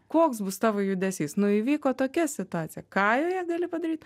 koks bus tavo judesys nu įvyko tokia situacija ką joje gali padaryt